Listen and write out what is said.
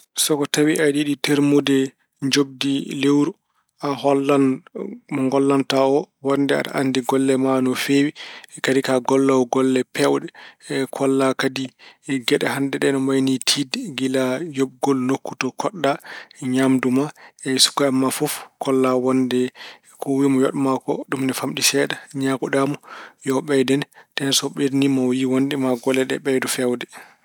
So tawi aɗa yiɗi termude njoɓdi lewru, a hollan mo ngollanta o wonde aɗa anndi golle ma no feewi. Kadi ko a golloowo golle peewɗe. Kolla kadi geɗe hannde ɗe no mbay ni tiiɗde gila yoɓgol nokku to koɗɗa, ñaamdu ma, e sukaaɓe ma fof. Kolla wonde ko wiy omo yoɓ ma ko ina faamɗi seeɗa. Ñaangoɗa mo yo ɓeydane, tee ne so ɓeydaniima maa o yiy wonde maa golle ɗe ɓeydo feewde.